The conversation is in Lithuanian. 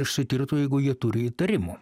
išsitirtų jeigu jie turi įtarimų